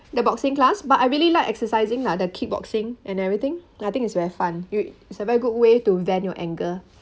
the boxing class but I really like exercising lah the kickboxing and everything I think it's very fun yo~ it's a very good way to vent your anger